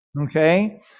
okay